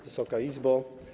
Wysoka Izbo!